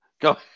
Go